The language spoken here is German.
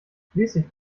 schließlich